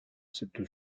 cette